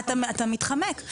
אתה מתחמק.